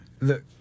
look